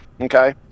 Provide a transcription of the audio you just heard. Okay